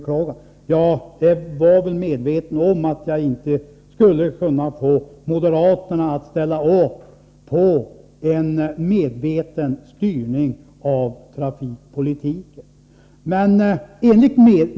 Jag var nog medveten om att jag inte skulle kunna få moderaterna att ställa upp för en medveten styrning av trafikpolitiken.